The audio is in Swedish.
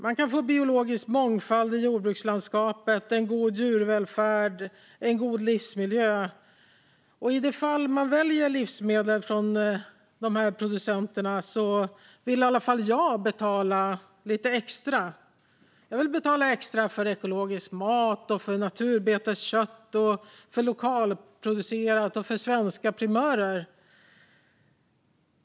Man kan få biologisk mångfald i jordbrukslandskapet, god djurvälfärd och god livsmiljö om man väljer livsmedel från de här producenterna, och då vill i alla fall jag betala lite extra. Jag vill betala extra för ekologisk mat, för naturbeteskött, för lokalproducerat och för svenska primörer.